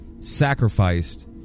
sacrificed